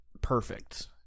perfect